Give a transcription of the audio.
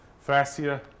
fascia